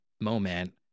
moment